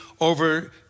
over